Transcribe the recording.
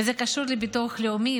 וזה קשור לביטוח לאומי,